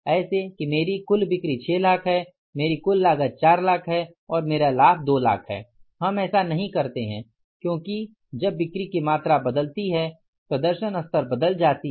ऐसे कि मेरी कुल बिक्री 6 लाख है मेरी कुल लागत 4 लाख है और मेरा लाभ दो लाख है हम ऐसा नहीं करते हैं क्योंकि जब बिक्री की मात्रा बदलती है प्रदर्शन स्तर बदल जाती है